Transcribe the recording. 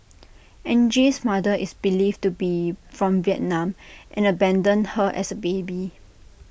Angie's mother is believed to be from Vietnam and abandoned her as A baby